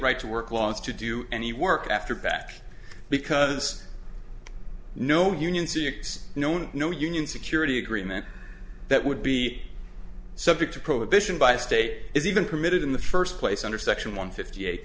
right to work laws to do any work after back because no union six known no union security agreement that would be subject to prohibition by a state is even permitted in the first place under section one fifty eight